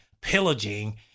pillaging